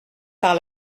par